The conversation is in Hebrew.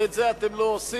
ואת זה אתם לא עושים,